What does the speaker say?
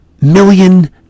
million